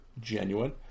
Genuine